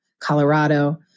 Colorado